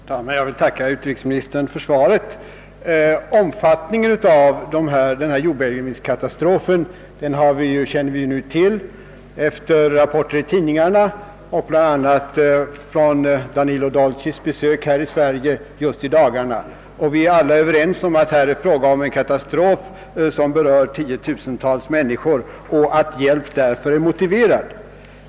Herr talman! Jag vill tacka utrikesministern för svaret på min fråga. Omfattningen av jordbävningskatastrofen på Sicilien känner vi alla till, bl.a. från rapporter i tidningarna och från Danilo Dolcis besök här i Sverige i dagarna. Katastrofen berör tiotusentals människor och vi är väl därför alla ense om att hjälp är motiverad.